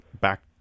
back